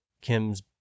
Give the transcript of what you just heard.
Kim's